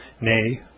nay